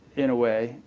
in a way,